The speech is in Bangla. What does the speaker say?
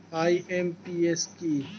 আই.এম.পি.এস কি?